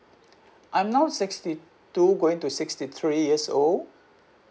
I'm now sixty two going to sixty three years old